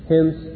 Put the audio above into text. Hence